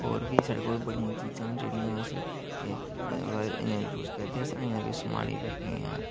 होर बी स कोल बड़ियां चीजां न जेहड़ियां अस अजें बी यूज करदे असें अजें बी सम्हालियै रक्खी दियां